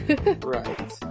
Right